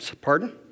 Pardon